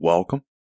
Welcome